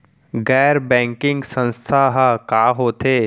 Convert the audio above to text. गैर बैंकिंग संस्था ह का होथे?